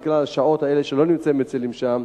בעיקר בשעות האלה שלא נמצאים מצילים שם,